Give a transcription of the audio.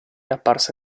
apparsa